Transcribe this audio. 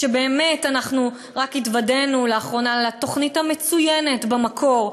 שבאמת אנחנו רק התוודענו לתוכנית המצוינת ב"המקור",